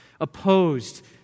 opposed